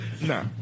Nah